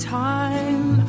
time